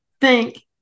thank